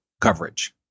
coverage